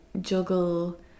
juggle